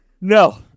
No